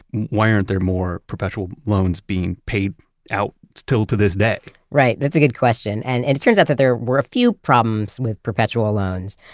why aren't there more perpetual loans being paid out still to this day? right. that's a good question and and it turns out that there were a few problems with perpetual loans.